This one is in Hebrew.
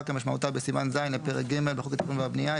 כמשמעותה בסימן ז' לפרק ג' בחוק התכנון והבנייה,